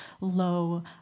low